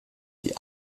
die